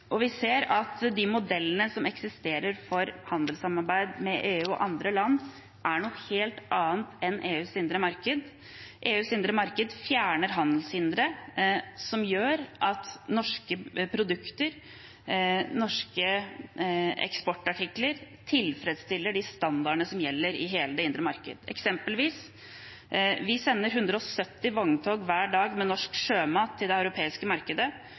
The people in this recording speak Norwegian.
Vi ser at modellene som eksisterer for handelssamarbeid med EU og andre land, er noe helt annet enn EUs indre marked. EUs indre marked fjerner handelshindre, noe som gjør at norske produkter, norske eksportartikler, tilfredsstiller de standardene som gjelder i hele det indre marked. Eksempelvis sender vi hver dag 170 vogntog med norsk sjømat til det europeiske markedet.